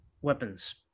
weapons